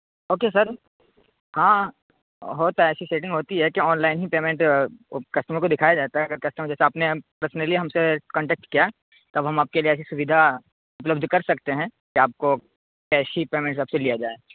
okay sir ہاں ہوتا ہے ایسی سیٹنگ ہوتی ہے کہ آن لائن ہی پیمنٹ کسٹمر کو دکھایا جاتا ہے اگر کسٹمر جیسے آپ نے پرسنلی ہم سے کنٹیکٹ کیا تب ہم آپ کے لیے ایسی سودھا اپلبدھ کر سکتے ہیں کہ آپ کو کیش ہی پیمنٹ آپ سے لیا جائے